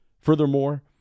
Furthermore